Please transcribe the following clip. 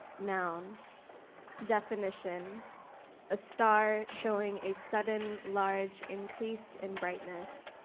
noun definition a star showing a sudden large increase in brightness.